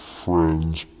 friends